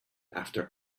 after